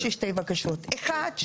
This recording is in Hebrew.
אחת,